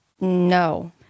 No